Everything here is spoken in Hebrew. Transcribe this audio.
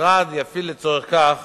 המשרד יפעיל לצורך כך